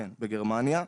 כן, בגרמניה.